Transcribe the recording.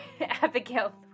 abigail